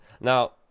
Now